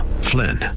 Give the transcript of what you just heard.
Flynn